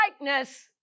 likeness